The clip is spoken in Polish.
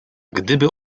gdyby